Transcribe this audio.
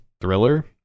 thriller